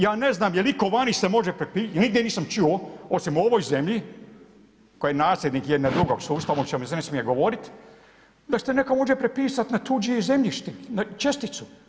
Ja ne znam jel itko vani se može.., nigdje nisam čuo, osim u ovoj zemlji, koje je nasljednik jednog drugog sustava, o čemu se ne smije govoriti, da se netko može prepisat na tuđe zemljište, česticu.